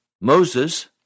Moses